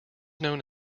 known